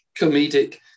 comedic